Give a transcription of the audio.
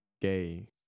gay